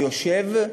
יושב,